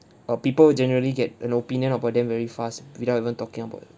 uh people generally get an opinion about them very fast without even talking about